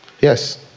Yes